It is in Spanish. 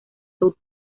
south